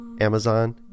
Amazon